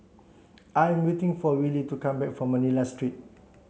I am waiting for Wylie to come back from Manila Street